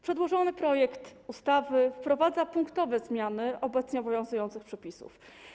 Przedłożony projekt ustawy wprowadza punktowe zmiany obecnie obowiązujących przepisów.